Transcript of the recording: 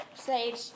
sage